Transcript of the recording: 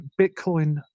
Bitcoin